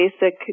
Basic